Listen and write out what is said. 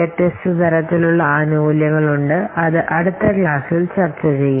വ്യത്യസ്ത തരത്തിലുള്ള ആനുകൂല്യങ്ങൾ ഉണ്ട് അത് അടുത്ത ക്ലാസ്സിൽ ചർച്ച ചെയ്യും